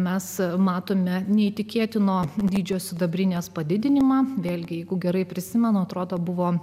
mes matome neįtikėtino dydžio sidabrinės padidinimą vėlgi jeigu gerai prisimenu atrodo buvo